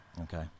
Okay